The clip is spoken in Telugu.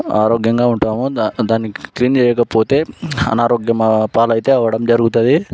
ఆరోగ్యంగా ఉంటామో దాన్ని క్లీన్ చేయకపోతే అనారోగ్యంపాలు అవడం అయితే జరుగుతుంది